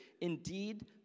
Indeed